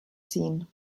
ziehen